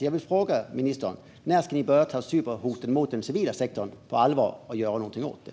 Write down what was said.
Jag vill fråga ministern: När ska ni börja ta cyberhoten mot den civila sektorn på allvar och göra någonting åt det?